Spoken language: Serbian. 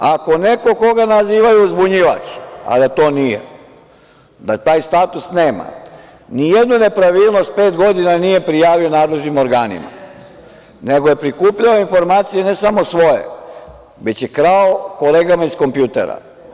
Ako neko koga nazivaju uzbunjivač, a da to nije, da taj status nema, nijednu nepravilnost pet godina nije prijavio nadležnim organima, nego je prikupljao informacije ne samo svoje, već je krao kolegama iz kompjutera.